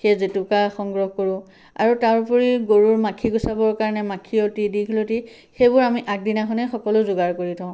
সেই জেতুকা সংগ্ৰহ কৰোঁ আৰু তাৰ উপৰি গৰুৰ মাখি গুচাবৰ কাৰণে মাখিয়তী দীঘলতি সেইবোৰ আমি আগদিনাখনেই সকলো যোগাৰ কৰি থওঁ